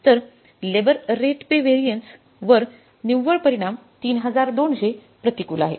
तर labour rate pay variance वर निव्वळ परिणाम 3200 प्रतिकूल आहे